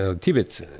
Tibet